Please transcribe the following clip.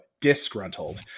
disgruntled